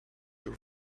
your